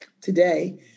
today